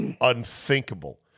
unthinkable